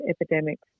epidemics